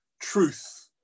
truth